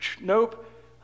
Nope